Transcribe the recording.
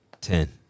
Ten